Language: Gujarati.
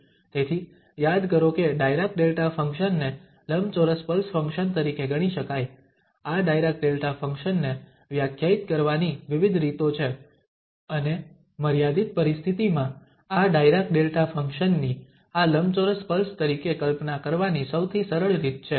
તેથી યાદ કરો કે ડાયરાક ડેલ્ટા ફંક્શન ને લંબચોરસ પલ્સ ફંક્શન તરીકે ગણી શકાય આ ડાયરાક ડેલ્ટા ફંક્શન ને વ્યાખ્યાયિત કરવાની વિવિધ રીતો છે અને મર્યાદિત પરિસ્થિતિમાં આ ડાયરાક ડેલ્ટા ફંક્શન ની આ લંબચોરસ પલ્સ તરીકે કલ્પના કરવાની સૌથી સરળ રીત છે